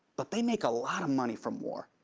but they make a lot of money from war.